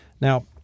Now